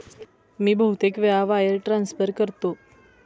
मी बहुतेक वेळा wire transfer करतो